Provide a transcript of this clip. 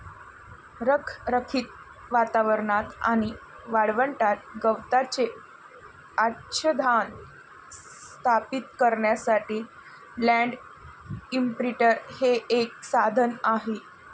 रखरखीत वातावरणात आणि वाळवंटात गवताचे आच्छादन स्थापित करण्यासाठी लँड इंप्रिंटर हे एक साधन आहे